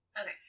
Okay